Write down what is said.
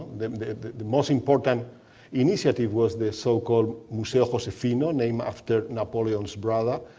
the the most important initiative was the so-called museo josefino, named after napoleon's brother,